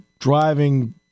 driving